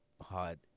hard